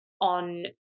on